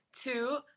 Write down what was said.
Two